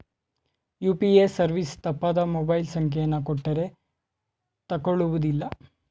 UPA service ತಪ್ಪಾದ mobile ಸಂಖ್ಯೆಯನ್ನು ಕೊಟ್ಟರೇ ತಕೊಳ್ಳುವುದಿಲ್ಲ